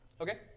Okay